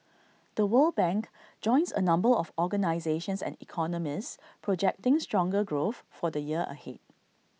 the world bank joins A number of organisations and economists projecting stronger growth for the year ahead